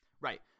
Right